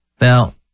Now